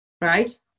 right